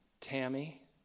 Tammy